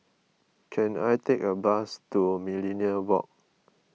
can I take a bus to Millenia Walk